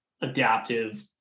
adaptive